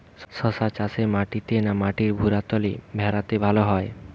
শশা চাষ মাটিতে না মাটির ভুরাতুলে ভেরাতে ভালো হয়?